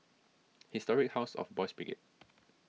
Historic House of Boys' Brigade